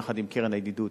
יחד עם הקרן לידידות,